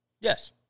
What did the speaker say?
Yes